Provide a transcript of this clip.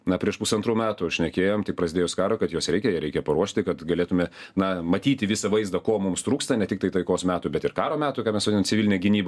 na prieš pusantrų metų šnekėjom tik prasidėjus karui kad jos reikia ją reikia paruošti kad galėtume na matyti visą vaizdą ko mums trūksta ne tiktai taikos metui bet ir karo metui ką mes vadiname civiline gynyba